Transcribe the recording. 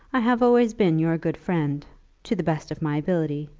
i have always been your good friend to the best of my ability.